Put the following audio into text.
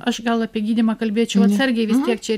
aš gal apie gydymą kalbėčiau atsargiai vis tiek čia